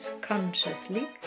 consciously